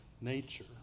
nature